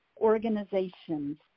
organizations